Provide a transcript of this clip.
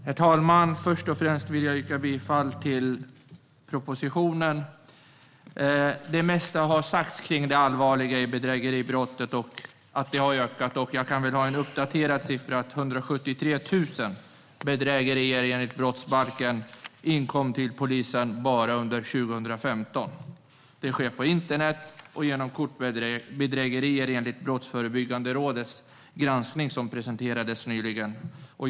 Herr talman! Först och främst vill jag yrka bifall till propositionen. Det mesta har sagts om det allvarliga i bedrägeribrottet och att det har ökat. Jag har en uppdaterad siffra. Enligt polisen inkom 173 000 bedrägerier enligt brottsbalken till polisen bara under 2015. Det sker på internet och genom kortbedrägerier, enligt Brottsförebyggandet rådets granskning som presenterades nyligen.